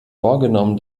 vorgenommen